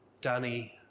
Danny